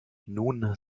nun